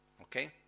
Okay